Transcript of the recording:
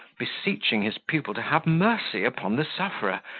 beseeching his pupil to have mercy upon the sufferer,